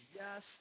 yes